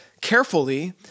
Carefully